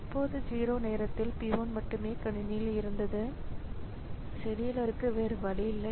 எப்போது 0 நேரத்தில் P 1 மட்டுமே கணினியில் இருந்தது செடியூலருக்கு வேறு வழியில்லை